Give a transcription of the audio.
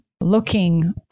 looking